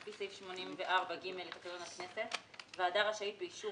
שלפי סעיף 84ג' לתקנון הכנסת ועדה רשאית באישור